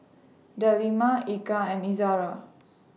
Delima Eka and Izara